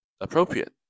appropriate